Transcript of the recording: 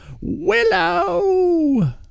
willow